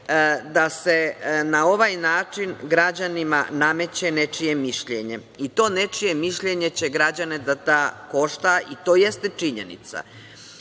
da se na ovaj način građanima nameće nečije mišljenje.I to nečije mišljenje će građane da košta i to jeste činjenica.